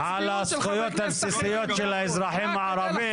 על הזכויות הבסיסיות של האזרחים הערבים.